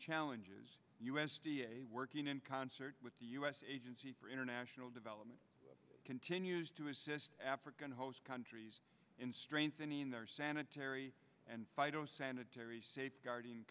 challenges u s d a working in concert with the u s agency for international development continues to assist african host countries in strengthening their sanitary and phyto sanitary safeguarding